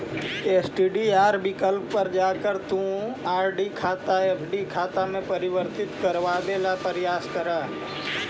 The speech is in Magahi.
एस.टी.डी.आर विकल्प पर जाकर तुम आर.डी खाता एफ.डी में परिवर्तित करवावे ला प्रायस करा